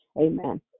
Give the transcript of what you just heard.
Amen